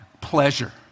pleasure